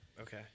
Okay